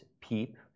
peep